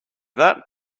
that